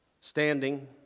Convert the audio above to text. standing